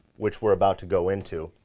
which we're about to go into.